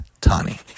Tani